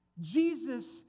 Jesus